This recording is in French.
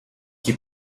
qui